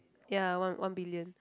ya one one billion